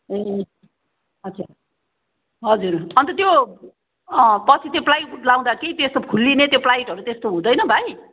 ए हजुर हजुर अन्त त्यो पछि त्यो प्लाइवुड लाउँदा कि त्यस्तो त्यो फुलिने त्यो प्लाइडहरू त्यस्तो हुँदैन भाइ